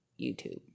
YouTube